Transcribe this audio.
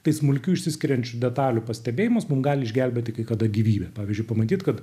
tai smulkių išsiskiriančių detalių pastebėjimus mum gali išgelbėti kada gyvybę pavyzdžiui pamatyti kad